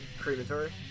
Crematory